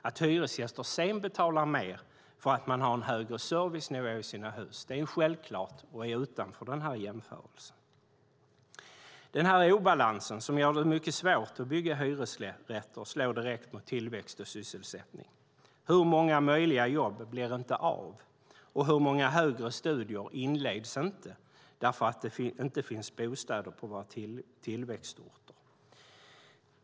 Att hyresgäster sedan betalar mer för att de har en högre servicenivå i sina hus är självklart och ligger utanför den här jämförelsen. Den här obalansen som gör det mycket svårt att bygga hyresrätter slår direkt på tillväxt och sysselsättning. Hur många möjliga jobb blir inte av och hur många högre studier inleds inte därför att det inte finns bostäder på våra tillväxtorter?